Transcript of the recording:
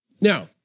Now